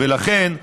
ולכן,